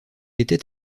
était